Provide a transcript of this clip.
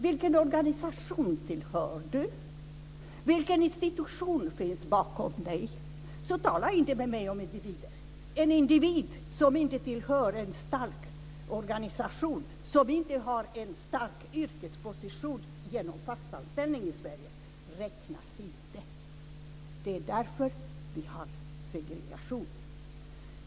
Vilken organisation tillhör du? Vilken institution finns bakom dig? Så tala inte med mig om individer! En individ som inte tillhör en stark organisation och som inte har en stark yrkesposition genom fast anställning i Sverige räknas inte. Det är därför vi har segregation.